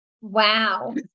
Wow